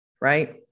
right